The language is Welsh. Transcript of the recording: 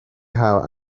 cael